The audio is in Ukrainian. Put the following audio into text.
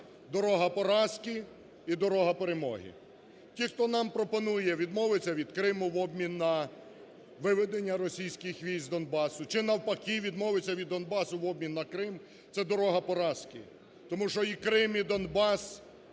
дорога поразки і дорога перемоги. Ті, хто нам пропонує відмовитися від Криму в обмін на виведення російських військ з Донбасу, чи, навпаки, відмовитися від Донбасу в обмін на Крим, це дорога поразки. Тому що і Крим, і Донбас